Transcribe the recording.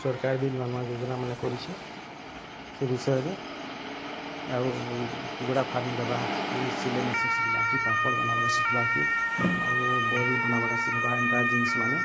ସର୍କାର୍ ଭି ନୂଆ ନୂଆ ଯୋଜନାମାନେ କରିଛେ ସେ ବିଷୟରେ ଆଉ କୁକୁଡ଼ା ଫାର୍ମ୍ ଦେବା କି ସିଲେଇ ମେସିନ୍ ଶିଖ୍ବା କି ପାପଡ଼୍ ବନାବାଟା ଶିଖ୍ବା କି ଆଉ ବହି ବନାବାଟା ଶିଖ୍ବା ଏନ୍ତା ଜିନିଷ୍ମାନେ